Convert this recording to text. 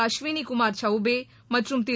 அஸ்வினிகுமார் சவ்பே மற்றும் திரு